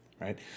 right